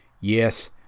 Yes